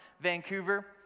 Vancouver